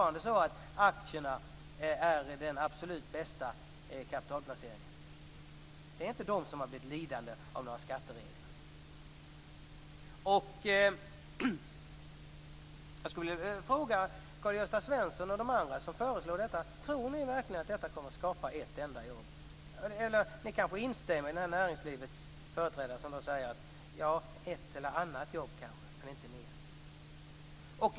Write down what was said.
Aktier är fortfarande den bästa kapitalplaceringen. Det är inte aktieägarna som har blivit lidande av skatteregler. Jag skulle vilja fråga Karl-Gösta Svenson och de andra som föreslår detta: Tror ni verkligen att detta kommer att skapa ett enda jobb? Ni kanske instämmer i vad den här näringslivsföreträdaren sade: Ett eller annat jobb kanske men inte mer.